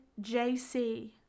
JC